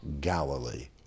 Galilee